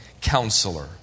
Counselor